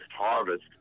Harvest